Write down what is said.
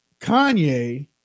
Kanye